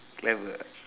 clever